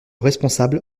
responsable